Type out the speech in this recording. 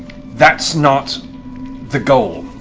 that's not the goal.